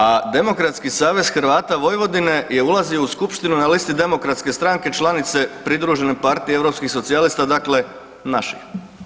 A Demokratski savez Hrvata Vojvodine je ulazio u skupštinu na listi Demokratske stranke članice pridružene partije Europskih socijalista, dakle naši.